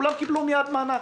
כולם קיבלו מייד מענק,